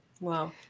Wow